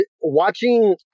watching